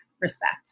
respect